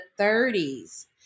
30s